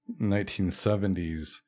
1970s